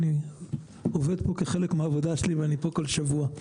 אני עובד פה כחלק מהעבודה שלי ואני פה בכל שבוע.